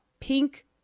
pink